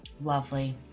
Lovely